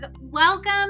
welcome